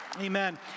Amen